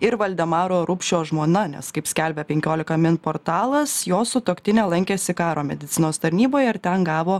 ir valdemaro rupšio žmona nes kaip skelbia penkiolika min portalas jo sutuoktinė lankėsi karo medicinos tarnyboje ir ten gavo